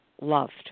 loved